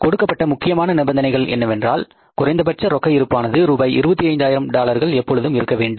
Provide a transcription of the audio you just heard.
கொடுக்கப்பட்ட முக்கியமான நிபந்தனைகள் என்னவென்றால் குறைந்தபட்ச ரொக்க இருப்பானது ரூபாய் 25 000 டாலர்கள் எப்பொழுதும் இருக்க வேண்டும்